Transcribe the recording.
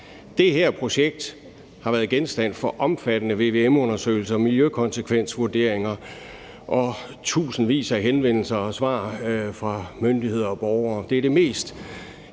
Det her projekt har været genstand for omfattende vvm-undersøgelser og miljøkonsekvensvurderinger og tusindvis af henvendelser og svar fra myndigheder og borgere. Det er det mest